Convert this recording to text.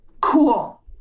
cool